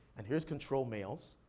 and here's controlled males.